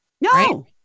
No